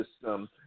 system